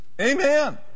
Amen